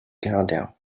countdown